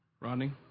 Rodney